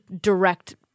direct